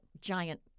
giant